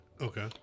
Okay